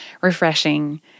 refreshing